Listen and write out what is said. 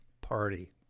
party